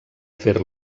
fer